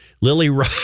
Lily